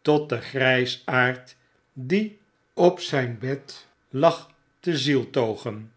tot den grpaard die op zijn bed lag te zieltogen